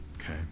Okay